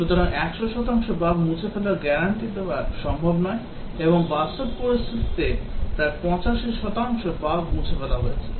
সুতরাং 100 শতাংশ বাগ মুছে ফেলার গ্যারান্টি দেওয়া সম্ভব নয় এবং বাস্তব পরিস্থিতিতে প্রায় 85 শতাংশ বাগ মুছে ফেলা হয়েছে